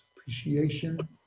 appreciation